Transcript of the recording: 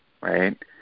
right